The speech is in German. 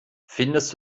findest